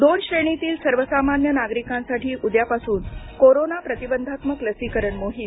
दोन श्रेणीतील सर्वसामान्य नागरिकांसाठी उद्यापासून कोरोना प्रतिबंधात्मक लसीकरण मोहीम